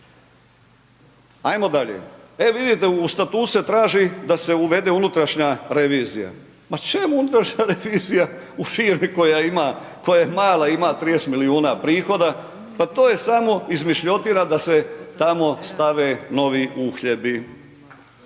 Ajmo dalje, e vidite, u statutu se traži, da se uvede unutrašnja revizija, pa čemu unutrašnja revizija, u firmi, koja ima, koja mala i ima 30 milijuna prihoda, pa to je samo izmišljotina, da se tamo stave novi uhljebi.